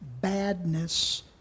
badness